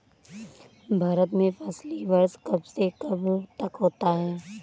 भारत में फसली वर्ष कब से कब तक होता है?